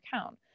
account